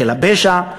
של הפשע,